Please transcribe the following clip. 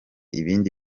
ibindi